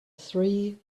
three